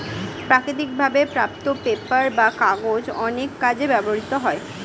প্রাকৃতিক ভাবে প্রাপ্ত পেপার বা কাগজ অনেক কাজে ব্যবহৃত হয়